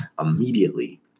immediately